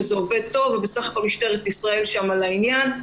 וזה עובד היטב ובסך הכול משטרת ישראל מטפלת בעניין,